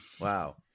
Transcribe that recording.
Wow